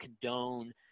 condone